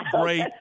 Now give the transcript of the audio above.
great